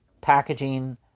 packaging